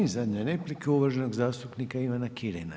I zadnja replika uvaženog zastupnika Ivana Kirina.